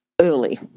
early